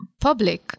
public